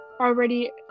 already